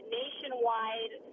nationwide